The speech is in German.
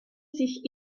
sich